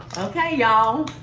okay. y'all.